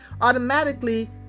automatically